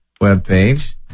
webpage